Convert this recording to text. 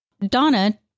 Donna